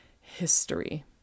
history